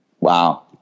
Wow